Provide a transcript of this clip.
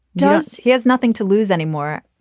does he has nothing to lose anymore.